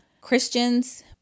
christians